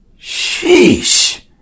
Sheesh